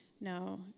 No